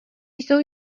jsou